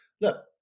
look